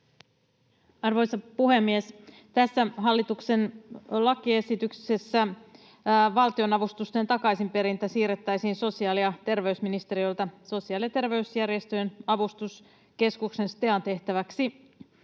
Arvoisa puhemies! Tässä hallituksen lakiesityksessä valtionavustusten takaisinperintä siirrettäisiin sosiaali- ja terveysministeriöltä Sosiaali- ja terveysjärjestöjen avustuskeskuksen STEAn tehtäväksi.